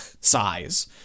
size